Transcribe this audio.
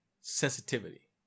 sensitivity